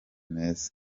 meza